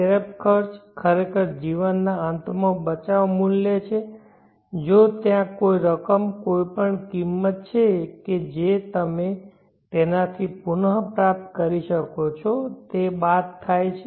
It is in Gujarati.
સ્ક્રેપ ખર્ચ ખરેખર જીવનના અંતમાં બચાવ મૂલ્ય છે જો ત્યાં કોઈ રકમ કોઈપણ કિંમત છે કે જે તમે તેનાથી પુન પ્રાપ્ત કરી શકો છો તે બાદ થાય છે